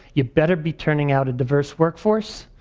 you better be turning out a diverse work force.